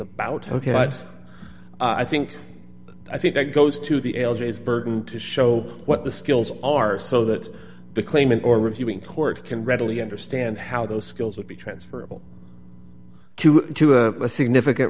about ok but i think i think that goes to the l g is burden to show what the skills are so that the claimant or reviewing court can readily understand how those skills would be transferable to a significant